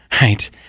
right